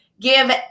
give